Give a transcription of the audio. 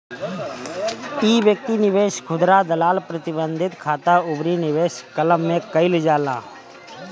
इ व्यक्तिगत निवेश, खुदरा दलाल, प्रतिबंधित खाता अउरी निवेश क्लब से कईल जाला